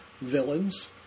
villains